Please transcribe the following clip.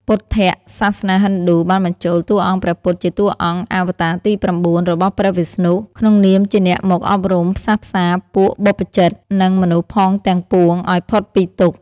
ពុទ្ធៈ សាសនាហិណ្ឌូបានបញ្ចូលតួអង្គព្រះពុទ្ធជាតួអង្គអវតារទី៩ របស់ព្រះវិស្ណុ ក្នុងនាមជាអ្នកមកអប់រំ ផ្សះផ្សារពួកបព្វជិត និងមនុស្សផងទាំងពួងឱ្យផុតពីទុក្ខ។